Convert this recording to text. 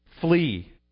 Flee